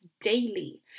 daily